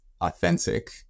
authentic